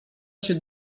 się